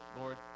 Lord